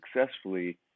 successfully